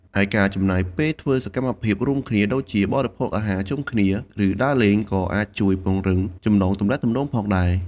ឯការចំណាយពេលធ្វើសកម្មភាពរួមគ្នាដូចជា បរិភោគអាហារជុំគ្នា ឬដើរលេង ក៏អាចជួយពង្រឹងចំណងទំនាក់ទំនងផងដែរ។